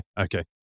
Okay